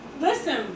Listen